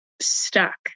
stuck